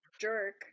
jerk